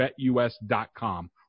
betus.com